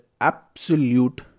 absolute